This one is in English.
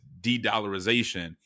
de-dollarization